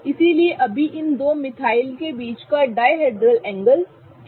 इसलिए अभी इन दो मिथाइल के बीच का डायहेड्रल एंगल 0 है